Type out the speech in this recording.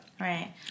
Right